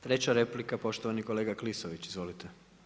Treća replika poštovani kolega Klisović, izvolite.